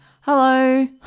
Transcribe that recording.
hello